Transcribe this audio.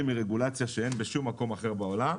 מרגולציה שאין בשום מקום אחר בעולם,